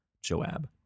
Joab